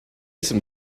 some